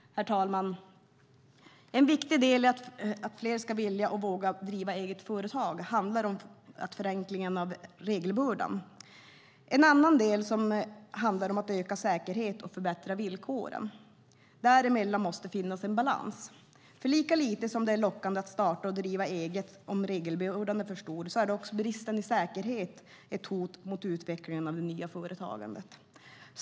Herr talman! En viktig del för att fler ska vilja och våga driva eget företag handlar om en förenkling av regelbördan, en annan del handlar om att öka säkerheten och förbättra villkoren. Däremellan måste det finnas en balans. Lika lite som det är lockande att starta och driva eget om regelbördan är för stor, är också brister i säkerheten ett hot mot utvecklingen av nya företag.